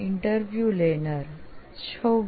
interview લેનાર 26